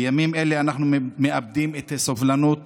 בימים אלה אנחנו מאבדים את הסובלנות